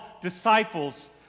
disciples